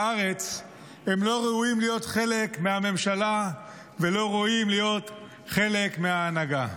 הם לא ראויים להיות חלק מהממשלה ולא ראויים להיות חלק מההנהגה.